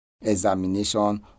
examination